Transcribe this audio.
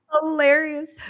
hilarious